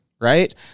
right